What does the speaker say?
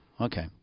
Okay